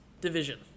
division